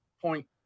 point